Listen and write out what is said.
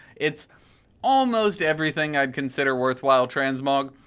it's almost everything i'd consider worthwhile transmog.